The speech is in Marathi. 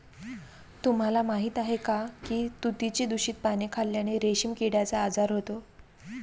तुम्हाला माहीत आहे का की तुतीची दूषित पाने खाल्ल्याने रेशीम किड्याचा आजार होतो